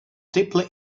deeply